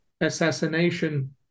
assassination